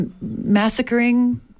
massacring